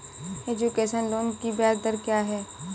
Education loan की ब्याज दर क्या है?